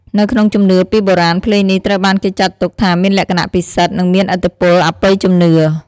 នៅក្នុងជំនឿពីបុរាណ ភ្លេងនេះត្រូវបានគេចាត់ទុកថាមានលក្ខណៈពិសិដ្ឋ និងមានឥទ្ធិពលអបិយជំនឿ។